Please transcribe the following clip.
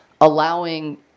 allowing